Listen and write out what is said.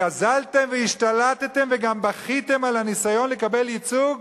הגזלתם והשתלטתם וגם בכיתם על הניסיון לקבל ייצוג